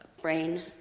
brain